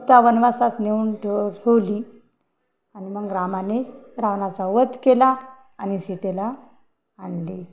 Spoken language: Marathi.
सिता वनवासात नेऊन ठे ठवली आणि मग रामाने रावणाचा वध केला आणि सीतेला आणली